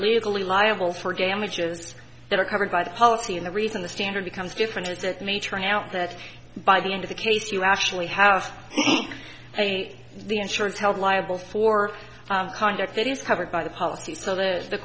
legally liable for damages that are covered by the policy and the reason the standard becomes different is it may turn out that by the end of the case you actually have a the insurance held liable for conduct that is covered by the policy so that the